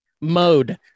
mode